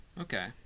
Okay